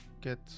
get